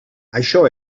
això